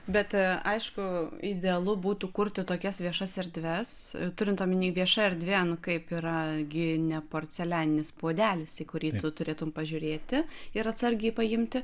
bet aišku idealu būtų kurti tokias viešas erdves turint omenyje vieša erdvė nu kaip yra gi ne porcelianinis puodelis į kurį tu turėtum pažiūrėti ir atsargiai paimti